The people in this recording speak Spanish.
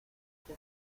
que